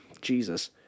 Jesus